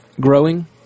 growing